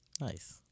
Nice